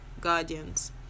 guardians